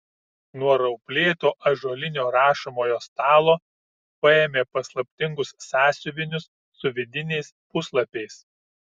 nuo rauplėto ąžuolinio rašomojo stalo paėmė paslaptingus sąsiuvinius su vidiniais puslapiais